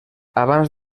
abans